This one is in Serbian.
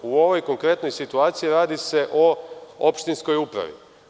U ovoj konkretnoj situaciji radi se o opštinskoj upravi.